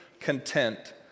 content